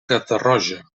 catarroja